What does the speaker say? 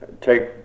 take